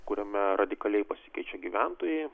kuriame radikaliai pasikeičia gyventojai